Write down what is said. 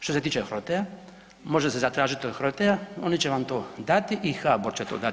Što se tiče HROTE-a, može se zatražiti od HROTE-a oni će vam to dati i HBOR će to dati.